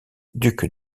duc